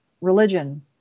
religion